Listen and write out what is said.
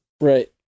right